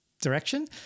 direction